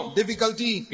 difficulty